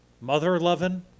mother-loving